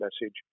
message